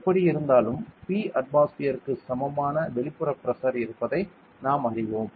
எப்படியிருந்தாலும் P அட்மாஸ்பியர்க்கு சமமான வெளிப்புற பிரஷர் இருப்பதை நாம் அறிவோம்